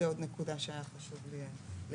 זה עוד נקודה שהיה חשוב לי לציין.